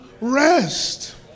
Rest